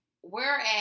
Whereas